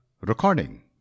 Recording